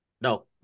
No